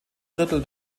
drittel